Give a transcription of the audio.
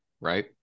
right